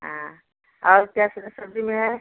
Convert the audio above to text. हाँ और क्या स सब्ज़ी में है